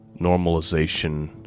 normalization